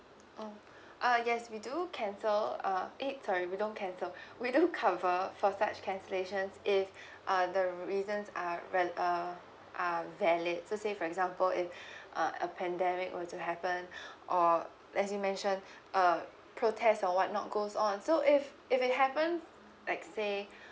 oh uh yes we do cancel uh eh sorry we don't cancel we don't cover for such cancellations if uh the reasons are re~ uh are valid so say for example if uh a pandemic were to happen or as you mentioned uh protest or what not goes on so if if it happens like say